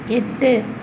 எட்டு